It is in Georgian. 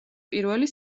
პირველი